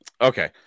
okay